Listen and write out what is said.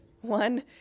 one